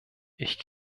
ich